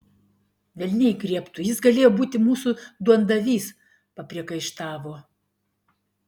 velniai griebtų jis galėjo būti mūsų duondavys papriekaištavo